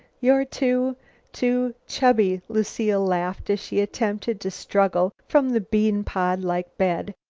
you're too too chubby! lucile laughed, as she attempted to struggle from the bean-pod-like bed,